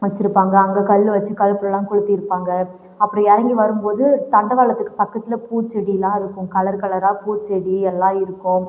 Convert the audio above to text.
வச்சிருப்பாங்க அங்கே கல்லு வச்சி கழிப்புலாம் பூத்தியிருப்பாங்க அப்படி இறங்கி வரும் போது தண்டவாளத்துக்கு பக்கத்தில் பூச்செடிலாம் இருக்கும் கலர் கலராக பூச்செடி எல்லாம் இருக்கும்